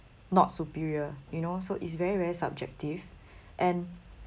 not superior you know so it's very very subjective and